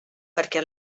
perquè